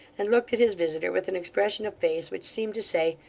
and looked at his visitor with an expression of face which seemed to say,